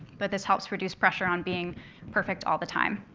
but this helps reduce pressure on being perfect all the time.